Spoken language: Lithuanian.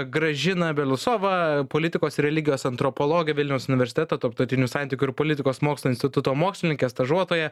gražina bielousova politikos religijos antropologė vilniaus universiteto tarptautinių santykių ir politikos mokslų instituto mokslininkė stažuotoja